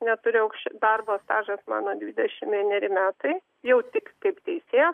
neturiu aukš darbo stažas mano dvidešimt vieneri metai jau tik kaip teisėjo